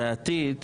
שבעתיד,